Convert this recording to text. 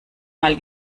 mal